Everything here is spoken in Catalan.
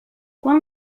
quan